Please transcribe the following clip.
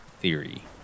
theory